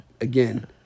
again